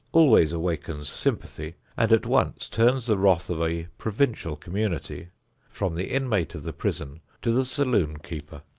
always awakens sympathy and at once turns the wrath of a provincial community from the inmate of the prison to the saloon-keeper.